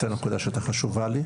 זאת נקודה שהייתה חשובה לי.